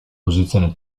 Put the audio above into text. posizione